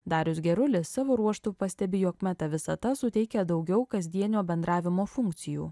darius gerulis savo ruožtu pastebi jog meta visata suteikia daugiau kasdienio bendravimo funkcijų